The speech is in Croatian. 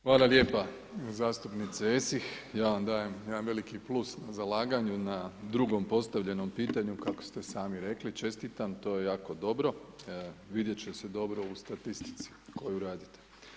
Hvala lijepa zastupnice Esih, ja vam dajem jedan veliki plus zalaganju na drugom postavljenom pitanju, kako ste sami rekli, čestitam to je jako dobro, vidjet će se dobro u statistici koju radite.